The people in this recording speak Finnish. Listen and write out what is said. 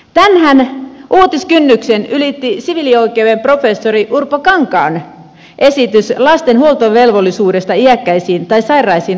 tänään uutiskynnyksen ylitti siviilioikeuden professori urpo kankaan esitys lasten huoltovelvollisuudesta iäkkäisiin tai sairaisiin vanhempiin nähden